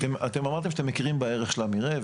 אמרתם שאתם מכירים בערך של המרעה,